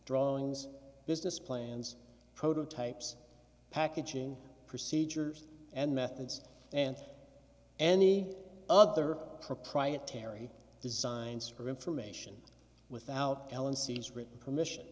drawings business plans prototypes packaging procedures and methods and any other proprietary designs or information without l n c's written permission